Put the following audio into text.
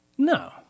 No